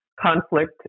conflict